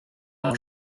par